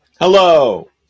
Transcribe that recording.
Hello